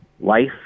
life